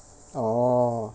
oh